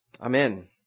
Amen